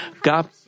God